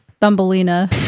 Thumbelina